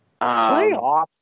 Playoffs